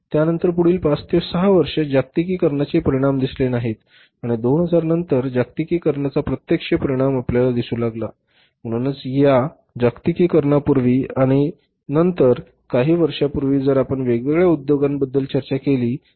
त्यानंतरही पुढील 5 ते 6 वर्षे जागतिकीकरणाचे परिणाम दिसले नाहीत आणि 2000 नंतर जागतिकीकरणाचा प्रत्यक्ष परिणाम आपल्याला दिसू लागला म्हणूनच या जागतिकीकरणापूर्वी आणि जागतिकीकरणा नंतर काही वर्षांपूर्वी जर आपण वेगवेगळ्या उद्योगांबद्दल चर्चा केली तर